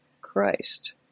Christ